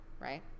right